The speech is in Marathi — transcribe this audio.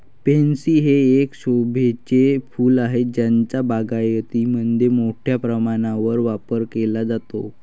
पॅन्सी हे एक शोभेचे फूल आहे ज्याचा बागायतीमध्ये मोठ्या प्रमाणावर वापर केला जातो